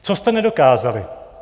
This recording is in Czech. Co jste nedokázali?